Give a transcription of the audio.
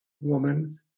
woman